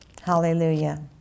Hallelujah